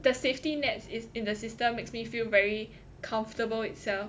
the safety nets is in the system makes me feel very comfortable itself